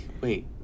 wait